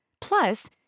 Plus